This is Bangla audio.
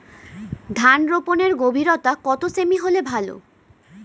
ধান রোপনের গভীরতা কত সেমি হলে ভালো?